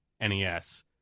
NES